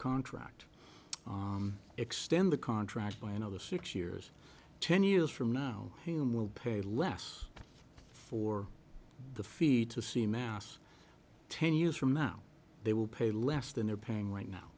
contract extend the contract by another six years ten years from now whom will pay less for the fee to see a mouse ten years from now they will pay less than they're paying right